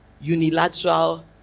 unilateral